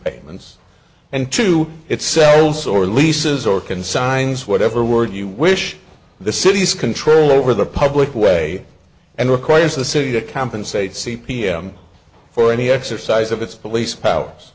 and and two it sells or leases or consigns whatever word you wish the city's control over the public way and requires the city to compensate c p m for any exercise of its police powers